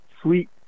Sweet